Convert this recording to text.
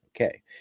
Okay